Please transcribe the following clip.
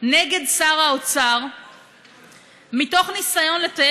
ואי-אפשר לתמחר